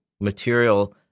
material